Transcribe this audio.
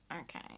Okay